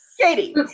Katie